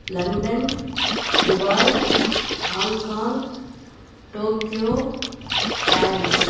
London Dubai Hong Kong Tokyo Paris